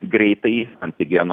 greitąjį antigeno